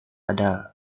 ada